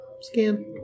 Scan